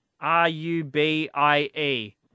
R-U-B-I-E